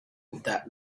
that